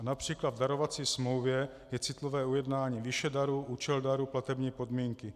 Například v darovací smlouvě je citlivé ujednání výše daru, účel daru, platební podmínky.